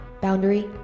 Boundary